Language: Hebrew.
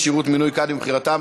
כשירות מינוי קאדים ובחירתם),